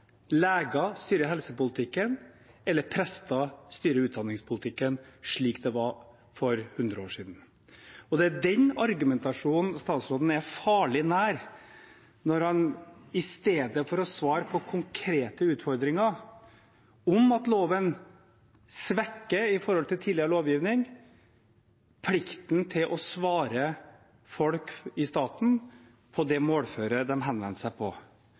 styrer helsepolitikken eller prester styrer utdanningspolitikken, slik det var for 100 år siden. Det er den argumentasjonen statsråden er farlig nær når han i stedet for å svare på konkrete utfordringer fra Trettebergstuen og andre – som at loven i forhold til tidligere lovgivning svekker plikten til å svare folk i staten på den målformen de henvender seg på,